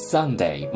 Sunday